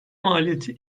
maliyeti